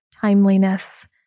timeliness